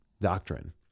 doctrine